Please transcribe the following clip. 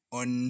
on